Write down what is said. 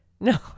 No